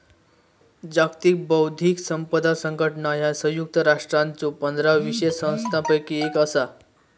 जागतिक बौद्धिक संपदा संघटना ह्या संयुक्त राष्ट्रांच्यो पंधरा विशेष संस्थांपैकी एक असा